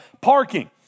parking